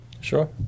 sure